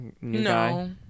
No